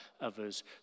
others